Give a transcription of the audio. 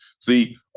See